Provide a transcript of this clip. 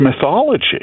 mythology